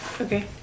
Okay